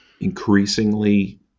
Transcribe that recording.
increasingly